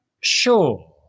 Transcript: sure